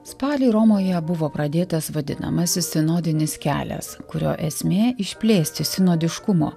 spalį romoje buvo pradėtas vadinamasis sinodinis kelias kurio esmė išplėsti sinodiškumo